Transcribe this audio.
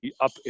up